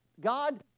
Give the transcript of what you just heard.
God